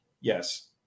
Yes